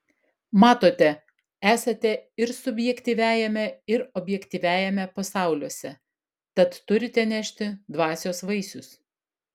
matote esate ir subjektyviajame ir objektyviajame pasauliuose tad turite nešti dvasios vaisius